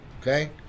okay